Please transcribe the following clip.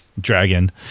dragon